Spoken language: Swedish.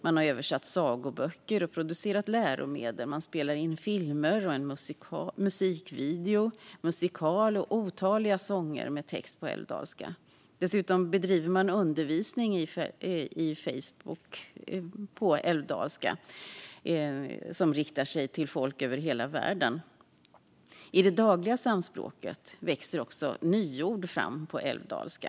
Man har översatt sagoböcker, producerat läromedel och spelat in filmer, en musikvideo, en musikal och otaliga sånger med text på älvdalska. Dessutom bedriver man via Facebook undervisning i älvdalska som riktar sig till folk över hela världen. I det dagliga samspråket växer också nyord fram på älvdalska.